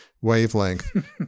wavelength